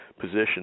position